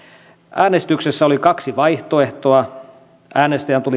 äänestyksessä oli kaksi vaihtoehtoa äänestäjän tuli